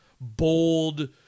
bold